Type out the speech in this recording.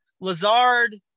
Lazard